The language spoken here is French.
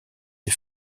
des